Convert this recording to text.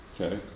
Okay